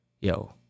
yo